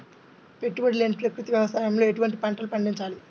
పెట్టుబడి లేని ప్రకృతి వ్యవసాయంలో ఎటువంటి పంటలు పండించాలి?